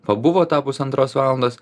pabuvo tą pusantros valandos